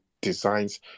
designs